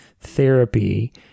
therapy